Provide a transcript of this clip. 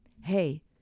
hey